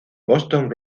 boston